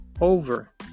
over